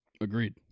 Agreed